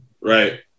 right